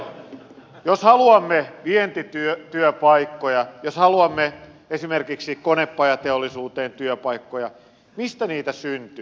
nimittäin jos haluamme vientityöpaikkoja jos haluamme esimerkiksi konepajateollisuuteen työpaikkoja mistä niitä syntyy